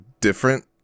different